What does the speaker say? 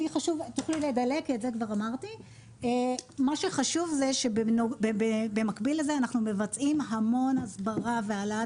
מה שחשוב זה שבמקביל לזה אנחנו מבצעים המון הסברה והעלאת